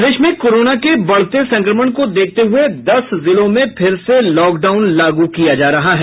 प्रदेश में कोरोना के बढ़ते संक्रमण को देखते हुए दस जिलों में फिर से लॉकडाउन लागू किया जा रहा है